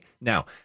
Now